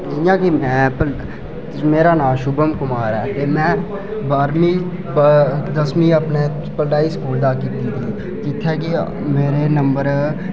जि'यां कि में मेरा नांऽ शुभम कुमार ऐ ते में बाह्रमीं दसमीं अपने पढ़ाई स्कूला दा कीती दी जित्थें कि मेरे नंबर